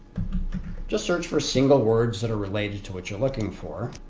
just search for single words that are related to what you're looking for